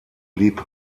blieb